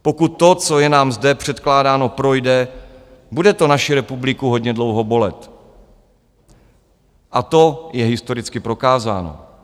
Pokud to, co je nám zde předkládáno, projde, bude to naši republiku hodně dlouho bolet, a to je historicky prokázáno.